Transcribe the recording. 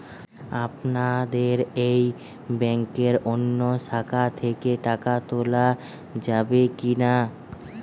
আপনাদের এই ব্যাংকের অন্য শাখা থেকে টাকা তোলা যাবে কি না?